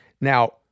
Now